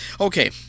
Okay